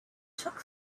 took